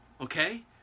Okay